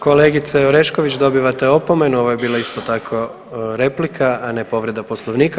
Kolegice Orešković, dobivate opomenu, ovo je bila isto tako replika, a ne povreda Poslovnika.